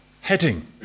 heading